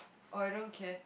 or I don't care